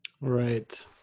Right